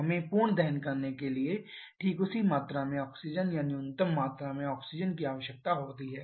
हमें पूर्ण दहन करने के लिए ठीक उसी मात्रा में ऑक्सीजन या न्यूनतम मात्रा में ऑक्सीजन की आवश्यकता होती है